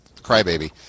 crybaby